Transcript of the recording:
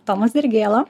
tomas dirgėla